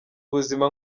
ubuzima